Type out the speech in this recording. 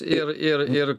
ir ir ir